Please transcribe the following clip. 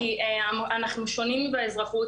כי זה שונה מהאזרחות.